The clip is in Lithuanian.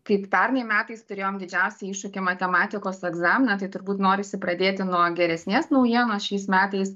kai pernai metais turėjom didžiausią iššūkį matematikos egzaminą tai turbūt norisi pradėti nuo geresnės naujienos šiais metais